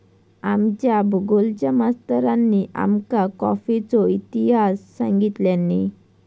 आमच्या भुगोलच्या मास्तरानी आमका कॉफीचो इतिहास सांगितल्यानी